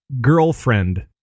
girlfriend